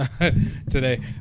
today